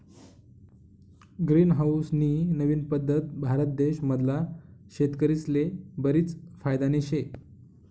green house नी नवीन पद्धत भारत देश मधला शेतकरीस्ले बरीच फायदानी शे